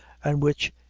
and which,